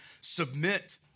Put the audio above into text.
Submit